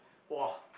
!wah!